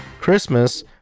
Christmas